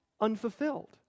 unfulfilled